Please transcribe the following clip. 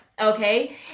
okay